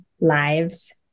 lives